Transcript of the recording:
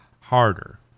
harder